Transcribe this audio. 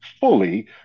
fully